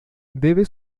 debe